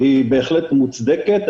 היא בהחלט מוצדקת.